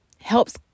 helps